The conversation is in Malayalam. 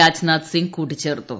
രാജ്നാഥ് സിങ് കൂട്ടിച്ചേർത്തു